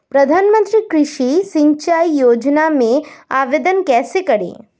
प्रधानमंत्री कृषि सिंचाई योजना में आवेदन कैसे करें?